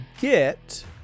get